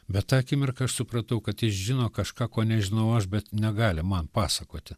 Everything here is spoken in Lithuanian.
bet tą akimirką aš supratau kad jis žino kažką ko nežinau aš bet negali man pasakoti